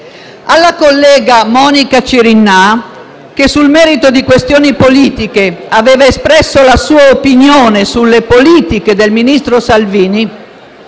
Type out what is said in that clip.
Alla collega Monica Cirinnà, che sul merito di questioni politiche aveva espresso la sua opinione sulle politiche del ministro Salvini,